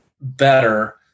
better